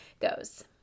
goes